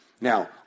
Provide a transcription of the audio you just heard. Now